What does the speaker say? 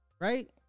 Right